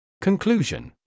Conclusion